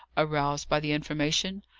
aroused by the information.